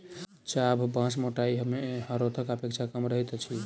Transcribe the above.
चाभ बाँस मोटाइ मे हरोथक अपेक्षा कम रहैत अछि